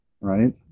right